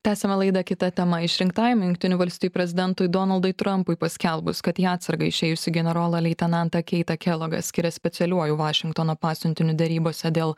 tęsiame laidą kita tema išrinktajam jungtinių valstijų prezidentui donaldui trampui paskelbus kad į atsargą išėjusį generolą leitenantą keitą kelogą skiria specialiuoju vašingtono pasiuntiniu derybose dėl